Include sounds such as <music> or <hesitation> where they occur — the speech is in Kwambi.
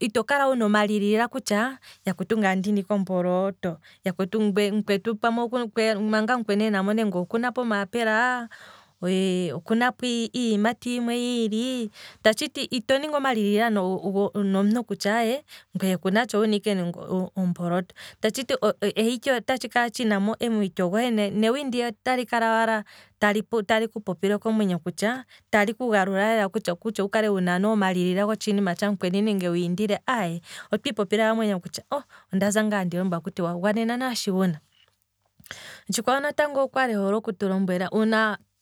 ito kala wuna omalilila kutya, yakwetu ngaa ndina ike omboloto, manga mukweni <hesitation> okunapo omaapula, okuna po iiyimati yimwe yiili, ngweye ito ningi oma lilila kutya ngwee kunatsha owuna ike omboloto, ta tshiti ota tshikala wala tshina omwiityo ngwiya, newi lyohe otali kala wala tali ku lilile, tali ku popile komwenyo kutya, tali ku galula lela ku kale wuna omalilila notshinima tshamukweni nenge wiindile aye, otwii popile momwenyo kutya, ondaza ngaa andi lombwelwa kutya gwanenwa naashi wuna, otshikwawo natango okwali ehole okutu lombwela, uuna